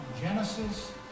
Genesis